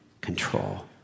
control